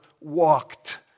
walked